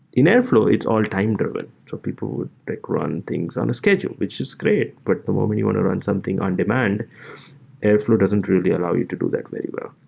in airflow, it's all time-driven. people would pick, run things on a schedule, which is great, but the moment you want to run something on-demand, airflow doesn't really allows you to do that very well.